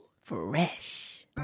fresh